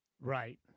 Right